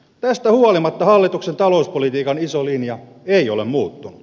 tästä huolimatta hallituksen talouspolitiikan iso linja ei ole muuttunut